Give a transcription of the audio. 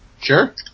sure